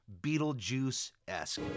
Beetlejuice-esque